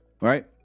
right